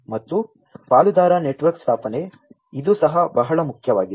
ಮತ್ತು ಪಾಲುದಾರ ನೆಟ್ವರ್ಕ್ ಸ್ಥಾಪನೆ ಇದು ಸಹ ಬಹಳ ಮುಖ್ಯವಾಗಿದೆ